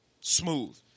smooth